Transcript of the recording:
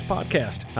Podcast